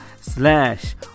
slash